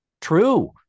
True